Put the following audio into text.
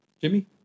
Jimmy